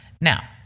Now